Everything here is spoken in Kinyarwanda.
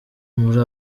muri